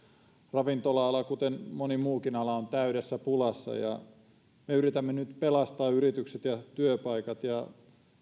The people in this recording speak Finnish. ravintola ala kuten moni muukin ala on täydessä pulassa me yritämme nyt pelastaa yritykset ja työpaikat